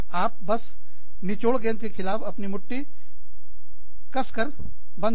आप बस निचोड़ गेंद के खिलाफ अपनी मुट्ठी कसकर बंद करो